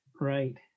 Right